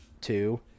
two